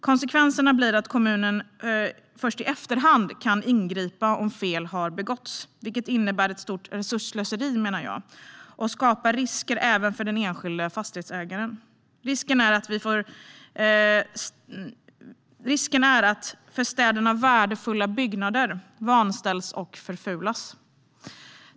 Konsekvensen blir att kommunen först i efterhand kan ingripa om fel har begåtts. Jag menar att det innebär ett stort resursslöseri och skapar risker även för den enskilde fastighetsägaren. Risken är att för städerna värdefulla byggnader vanställs och förfulas.